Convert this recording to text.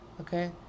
okay